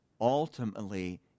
ultimately